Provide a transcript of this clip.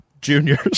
juniors